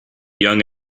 young